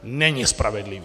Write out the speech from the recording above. Není spravedlivý!